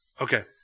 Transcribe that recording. Okay